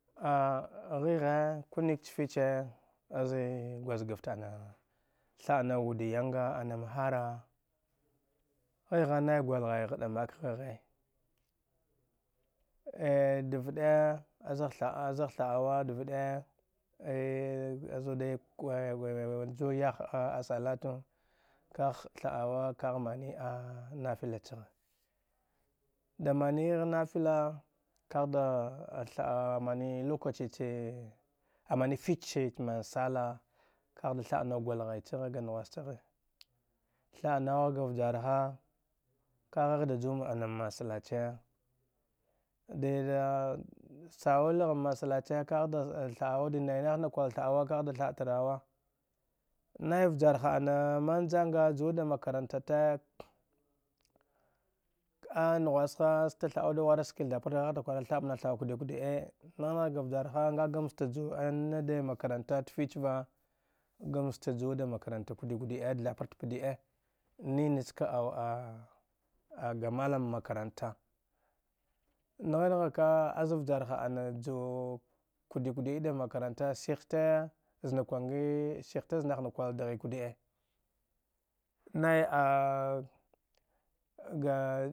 Ah gheghe kuni ktsatise azeyee gujgafte tha'anawa wude yan'nga anam hara ghe-ghe nay gwalghaya ghand'a mak ghe-ghei da v'd'ei azgh thaɗawa da v'dei azude “juwi yahh salatu kahh thuɗawa ka ghe manee naffala ceghe da mani-ghe da mani-ghe naffala, a-mane lokaci che a-mane fitse man sallah kagh da thaɗ nawa ga naghs ce ghe, dhaɗnawghga wujarha, ka-ghe da jum musalace de-da sawilghe “m” musalace kugh dae nay nahh kol thaɗawa kagh da thaɗtava wa nay wujarha ana mann janga juwa dan “m” makarantate a naghwaska aste thadaw warasike da thaprte kagh-da kora thaɗmaw-thaɗa kode-kode ɗee nagh-nagh ka wujarha nga gam stey jun makaranta dei fitse va, gamstey jum makaranta kodeɗ- kodeɗe da thaprt-p'deɗe ni ne yi ska awu-ga malam makaranta nagh-nagh ka aze-wujarha jawa koɗeɗe ku nek-cen makaranta seke wuza wuyarha ce-ghe wuza daghn-daghn “m”.